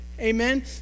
Amen